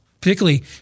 particularly